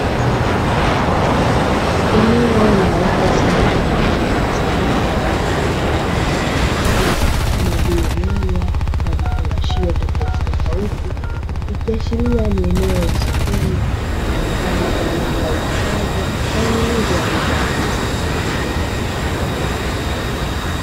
Eneo la wazi lenye mkusanyiko wa watu na bidhaa mbalimbali, kama vile nyanya na vifungashio tofauti tofauti, ikiashiria ni eneo la sokoni, litumikalo kwa ajili ya uuzaji na ununuzi wa bidhaa hizo.